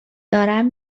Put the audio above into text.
دارم